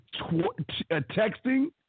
texting